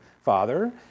Father